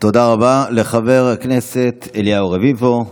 תודה רבה לחבר הכנסת אליהו רביבו.